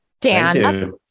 Dan